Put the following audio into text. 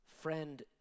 Friend